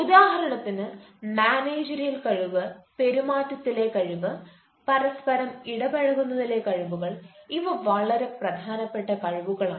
ഉദാഹരണത്തിന് മാനേജെരിയൽ കഴിവ് പെരുമാറ്റത്തിലെ കഴിവ് പരസ്പരം ഇടപെഴകുന്നതിലെ കഴിവുകൾ ഇവ വളരെ പ്രധാനപ്പെട്ട കഴിവുകളാണ്